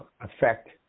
affect